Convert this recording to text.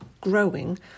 growing